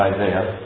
Isaiah